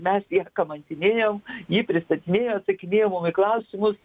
mes ją kamantinėjom ji pristatinėjo atsakinėjo klausimus